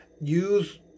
Use